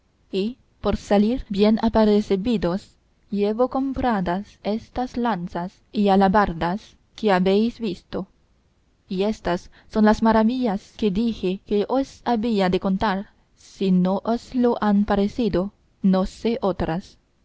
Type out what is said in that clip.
y por salir bien apercebidos llevo compradas estas lanzas y alabardas que habéis visto y éstas son las maravillas que dije que os había de contar y si no os lo han parecido no sé otras